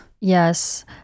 yes